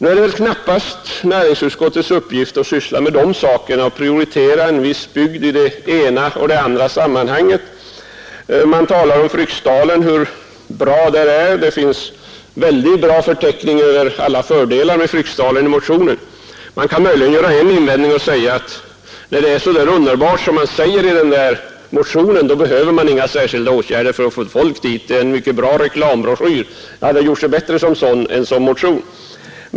Det är väl knappast näringsutskottets uppgift att syssla med sådant, att prioritera en viss bygd i det ena eller andra sammanhanget. Motionärerna talar om hur bra det är i Fryksdalen. Det finns i motionen en mycket bra förteckning över alla fördelar som Fryksdalen har. Man kan möjligen göra en invändning: när det är så där underbart som det anförs i motionen behöver inga särskilda åtgärder vidtas för att få folk dit. Motionen är en mycket bra reklambroschyr — den hade gjort sig bättre som sådan än som motion.